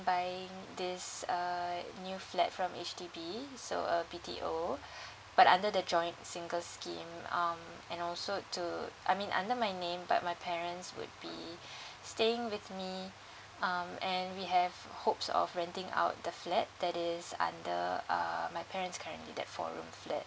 buying this uh new flat from H_D_B so uh B_T_O but under the joint singles scheme um and also to I mean under my name but my parents would be staying with me um and we have hopes of renting out the flat that this under uh my parents currently that four room flat